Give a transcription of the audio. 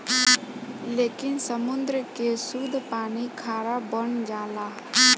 लेकिन समुंद्र के सुद्ध पानी खारा बन जाला